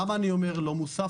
למה אני אומר "לא מוסב"?